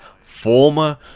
former